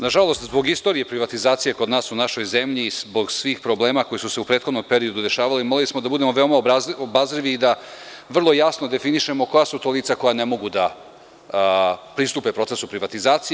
Nažalost, zbog istorije privatizacije kod nas u našoj zemlji, zbog svih problema koji su se u prethodnom periodu dešavali, morali smo da budemo veoma obazrivi i da vrlo jasno definišemo koja su to lica koja ne mogu da pristupe procesu privatizacije.